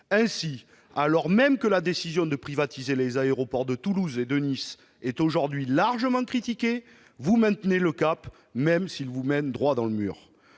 Ainsi, alors même que la décision de privatiser les aéroports de Toulouse et de Nice est aujourd'hui largement critiquée, vous maintenez le cap, même s'il vous mène droit dans le mur.